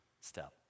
step